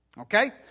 Okay